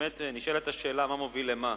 באמת נשאלת השאלה מה מוביל למה,